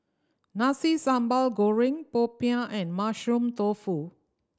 Nasi Sambal Goreng popiah and Mushroom Tofu